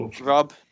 Rob